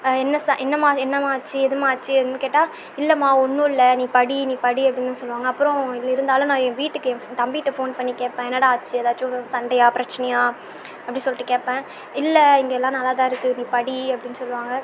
என்ன ச என்னம்மா என்னம்மா ஆச்சு எதும்மா ஆச்சு அதுமாதிரி கேட்டால் இல்லைம்மா ஒன்றுல்ல நீ படி நீ படி அப்படின்னு தான் சொல்லுவாங்க அப்புறம் இருந்தாலும் என் வீட்டுக்கு என் தம்பி கிட்ட ஃபோன் பண்ணி கேட்பேன் என்னடா ஆச்சு எதாச்சும் சண்டையா பிரச்சனையா அப்படி சொல்லிட்டு கேட்பேன் இல்லை இங்கே எல்லாம் நல்லாத்தானிருக்கு நீ படி அப்படின்னு சொல்லுவாங்க